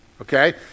Okay